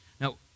Now